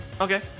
okay